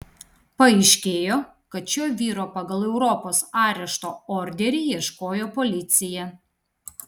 paaiškėjo kad šio vyro pagal europos arešto orderį ieškojo policija